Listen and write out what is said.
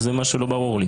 זה מה שלא ברור לי.